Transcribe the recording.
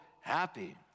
happy